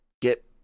get